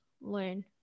learn